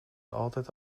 altijd